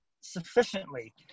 sufficiently